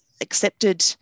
accepted